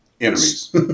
enemies